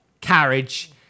carriage